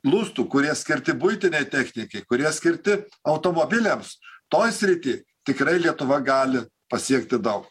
lustų kurie skirti buitinei technikai kurie skirti automobiliams toj srity tikrai lietuva gali pasiekti daug